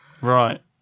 Right